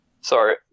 Sorry